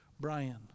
Brian